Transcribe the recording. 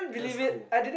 that's cool